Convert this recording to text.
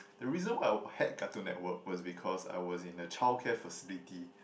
the reason why I had Cartoon Network was because I was in a childcare facility